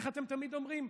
איך אתם תמיד אומרים?